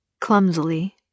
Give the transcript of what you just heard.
Clumsily